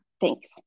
Thanks